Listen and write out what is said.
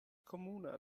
komuna